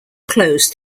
closed